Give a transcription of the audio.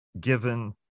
given